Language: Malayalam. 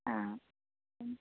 ആ മ്മ്